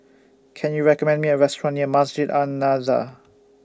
Can YOU recommend Me A Restaurant near Masjid An Nahdhah